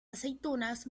aceitunas